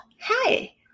hi